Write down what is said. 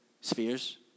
spheres